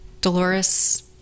Dolores